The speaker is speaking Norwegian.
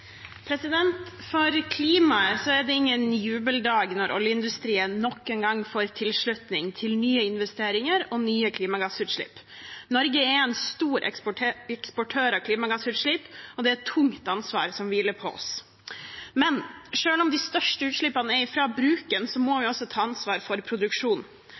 det ingen jubeldag når oljeindustrien nok en gang får tilslutning til nye investeringer og nye klimagassutslipp. Norge er en stor eksportør av klimagassutslipp, og det er et tungt ansvar som hviler på oss. Men selv om de største utslippene kommer fra bruken, må vi også ta ansvar for